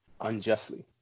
unjustly